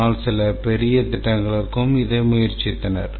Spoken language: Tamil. ஆனால் சிலர் பெரிய திட்டங்களுக்கும் இதை முயற்சித்தனர்